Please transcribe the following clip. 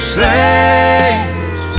saves